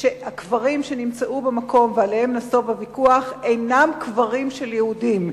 שהקברים שנמצאו במקום ועליהם נסב הוויכוח אינם קברים של יהודים.